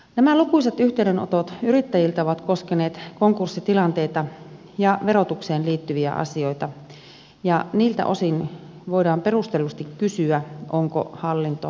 nämä lukuisat yhteydenotot yrittäjiltä ovat koskeneet konkurssitilanteita ja verotukseen liittyviä asioita ja niiltä osin voidaan perustellusti kysyä onko hallinto kansan palvelija